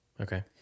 Okay